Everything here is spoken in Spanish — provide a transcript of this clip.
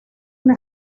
una